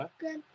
Good